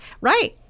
Right